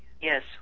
Yes